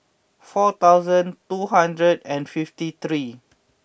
four thousand two hundred and fifty three